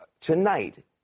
tonight